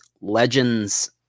legends